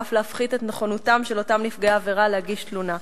ואף להפחית את נכונותם של אותם נפגעי עבירה להגיש תלונה.